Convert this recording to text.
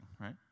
right